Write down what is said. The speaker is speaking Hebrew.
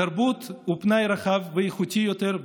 תרבות ופנאי רחב ואיכותי יותר,